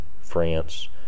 France